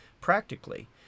practically